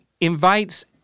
invites